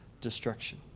destruction